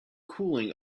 cooling